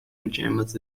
pajamas